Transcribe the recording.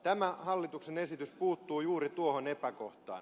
tämä hallituksen esitys puuttuu juuri tuohon epäkohtaan